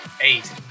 Eight